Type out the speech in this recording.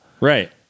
Right